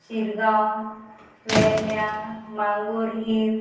शिरगांव वेर्ण्या मागोर हील